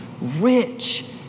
rich